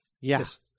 Yes